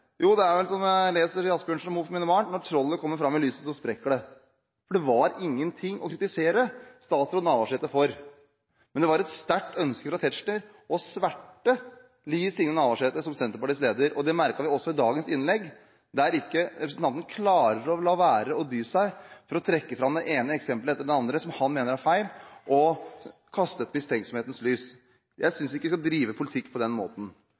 Jo, det er vel som jeg leser i Asbjørnsen og Moe for mine barn: Når trollet kommer fram i lyset, sprekker det. Det var ingenting å kritisere statsråd Navarsete for, men det var et sterkt ønske fra representanten Tetzschner å sverte Liv Signe Navarsete som Senterpartiets leder. Det merket vi også i dagens innlegg, der representanten ikke klarer å dy seg for å trekke fram det ene eksempelet etter det andre som han mener er feil, og kaste et mistenksomhetens lys. Jeg synes ikke vi skal drive politikk på den måten.